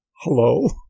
hello